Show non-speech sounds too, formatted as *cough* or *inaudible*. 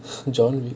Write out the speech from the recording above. *laughs* john wick